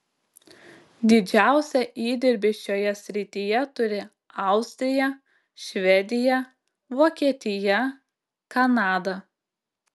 didžiausią įdirbį šioje srityje turi austrija švedija vokietija kanada